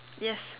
yes